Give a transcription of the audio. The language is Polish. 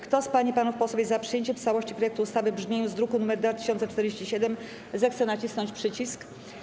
Kto z pań i panów posłów jest za przyjęciem w całości projektu ustawy w brzmieniu z druku nr 2047, zechce nacisnąć przycisk.